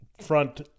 front